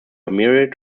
myriad